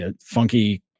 funky